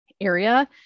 area